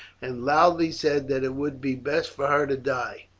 and loudly said that it would be best for her to die.